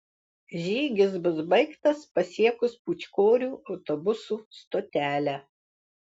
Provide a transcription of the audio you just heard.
žygis bus baigtas pasiekus pūčkorių autobusų stotelę